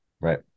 Right